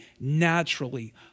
naturally